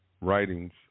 writings